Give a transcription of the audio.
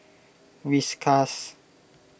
Whiskas